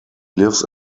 lives